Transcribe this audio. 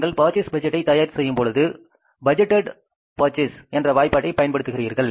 நீங்கள் பர்சேஸ் பட்ஜெட்டை தயார் செய்யும்பொழுது பட்ஜெட்டேட் பர்சேஸ் என்ற வாய்ப்பாட்டை பயன்படுத்துகிறீர்கள்